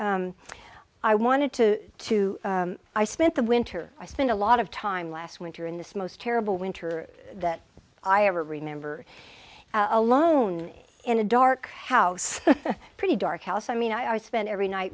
i i wanted to to i spent the winter i think a lot of time last winter in this most terrible winter that i ever remember our alone in a dark house pretty dark house i mean i spent every night